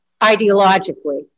ideologically